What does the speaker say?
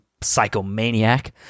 psychomaniac